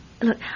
Look